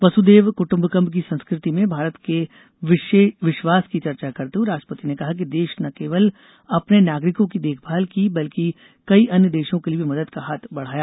वसुधैव कुटुम्बकम की संस्कृति में भारत के विश्वास की चर्चा करते हुए राष्ट्रपति ने कहा कि देश ने न केवल अपने नागरिकों की देखभाल की बल्कि कई अन्य देशों के लिए भी मदद का हाथ बढाया